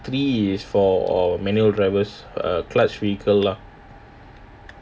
three is for manual drivers err clutch vehicle lah